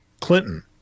Clinton